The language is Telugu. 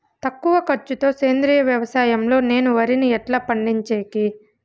తక్కువ ఖర్చు తో సేంద్రియ వ్యవసాయం లో నేను వరిని ఎట్లా పండించేకి?